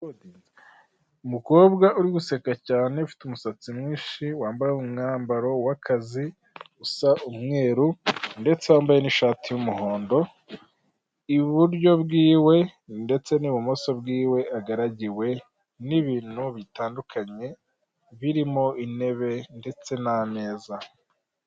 Umukobwa uri guseka cyane ufite umusatsi mwinshi wambaye umwambaro w'akazi, usa umweru ndetse wambaye n'ishati y'umuhondo, iburyo bw'iwe ndetse n'ibumoso bw'iwe agaragiwe n'ibintu bitandukanye birimo intebe ndetse n'ameza.